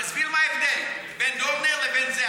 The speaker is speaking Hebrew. תסביר מה ההבדל בין דורנר לבין זה.